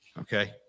okay